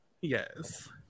yes